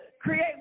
Create